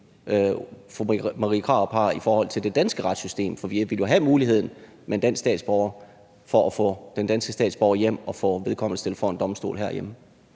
fru Marie Krarup har til det danske retssystem? For vi ville jo have muligheden med en dansk statsborger for at få den danske statsborger hjem og få vedkommende stillet for en domstol herhjemme.